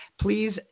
Please